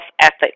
ethics